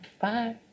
bye